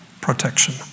protection